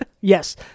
Yes